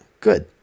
good